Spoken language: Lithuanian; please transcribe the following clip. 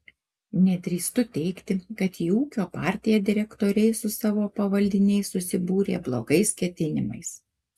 nedrįstu teigti kad į ūkio partiją direktoriai su savo pavaldiniais susibūrė blogais ketinimais